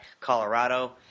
Colorado